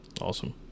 Awesome